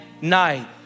night